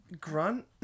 grunt